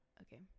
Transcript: okay